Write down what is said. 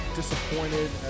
Disappointed